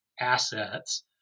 assets